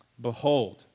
Behold